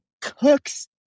cooks